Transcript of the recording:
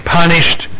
punished